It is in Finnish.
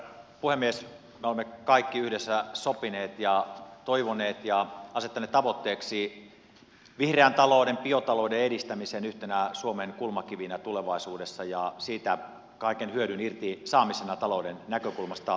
me olemme kaikki yhdessä sopineet ja toivoneet ja asettaneet tavoitteeksi vihreän talouden biotalouden edistämisen yhtenä suomen kulmakivistä tulevaisuudessa ja siitä kaiken hyödyn irti saamisen talouden näkökulmasta myöskin